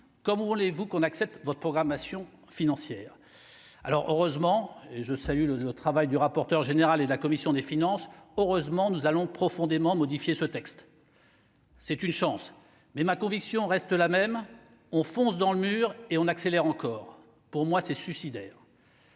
comme vous voulez-vous qu'on accepte votre programmation financière alors heureusement et je salue le travail du rapporteur général et la commission des finances, heureusement nous allons profondément modifié ce texte. C'est une chance, mais ma conviction reste la même : on fonce dans le mur et on accélère encore pour moi, c'est suicidaire.